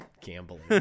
gambling